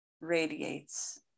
radiates